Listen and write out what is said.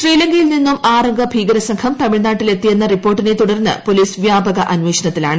ശ്രീലങ്കയിൽ നിന്നും ആറംഗ ഭീകരസംഘം തമിഴ്നാട്ടിൽ എത്തിയെന്ന റിപ്പോർട്ടിനെ തുടർന്ന് പോലീസ് വ്യാപക അന്വേഷണത്തിലാണ്